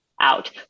out